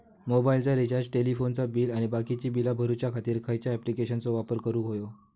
मोबाईलाचा रिचार्ज टेलिफोनाचा बिल आणि बाकीची बिला भरूच्या खातीर खयच्या ॲप्लिकेशनाचो वापर करूक होयो?